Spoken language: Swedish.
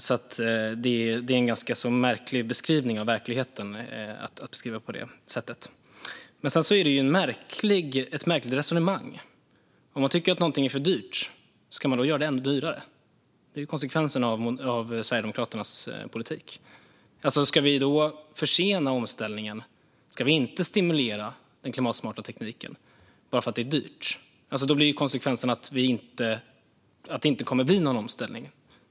Det är alltså en ganska märklig beskrivning av verkligheten som Eric Westroth gör. Sedan är det ett märkligt resonemang. Om man tycker att något är för dyrt, ska man då göra det ännu dyrare? Det är ju konsekvensen av Sverigedemokraternas politik. Ska vi försena omställningen? Ska vi inte stimulera den klimatsmarta tekniken bara för att det är dyrt? Då blir ju konsekvensen att det inte blir någon omställning.